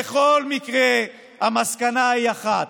בכל מקרה המסקנה היא אחת: